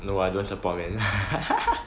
no other appointments